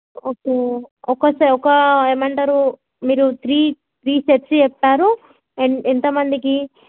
okay ఒక ఏమంటారు మీరు త్రీ త్రీ సెట్స్ చెప్పారు అండ్ ఎంతమందికి